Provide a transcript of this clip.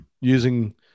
using